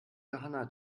johanna